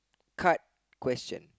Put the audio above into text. card question